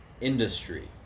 industry